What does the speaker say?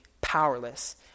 powerless